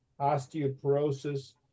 osteoporosis